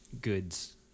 goods